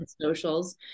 Socials